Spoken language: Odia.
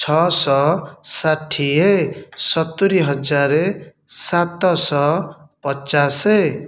ଛଅଶହ ଷାଠିଏ ସତୁରିହଜାର ସାତଶହ ପଚାଶ